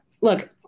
look